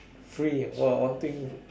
free !wah! one thing